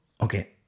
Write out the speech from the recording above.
okay